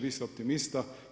Vi ste optimista.